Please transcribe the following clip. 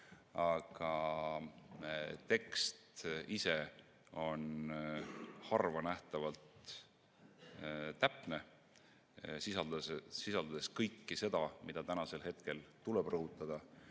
aga tekst ise on harvanähtavalt täpne, sisaldades kõike seda, mida praegu tuleb rõhutada,